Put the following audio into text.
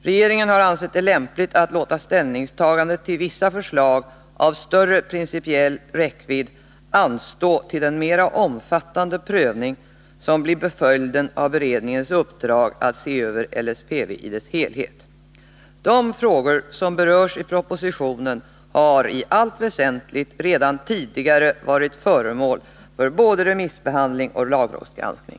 Regeringen har ansett det lämpligt att låta ställningstagandet till vissa förslag av större principiell räckvidd anstå till den mera omfattande prövning som blir följden av beredningens uppdrag att se över LSPV i dess helhet. De frågor som berörs i propositionen har i allt väsentligt redan tidigare varit föremål för både remissbehandling och lagrådsgranskning.